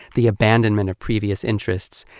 the abandonment of previous interests,